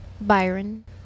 Byron